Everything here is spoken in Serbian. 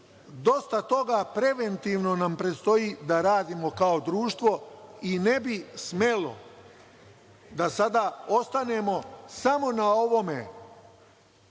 dosta toga preventivno nam prestoji da radimo kao društvo i ne bi smelo da sada ostanemo samo na ovome